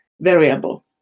variable